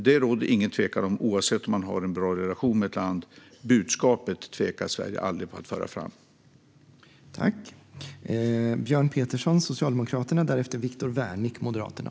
Det råder alltså ingen tvekan: Oavsett om man har en bra relation med ett land eller inte tvekar Sverige aldrig om att föra fram budskapet.